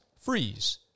freeze